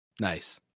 Nice